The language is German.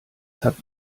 habt